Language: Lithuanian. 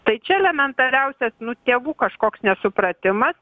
tai čia elementariausias nu tėvų kažkoks nesupratimas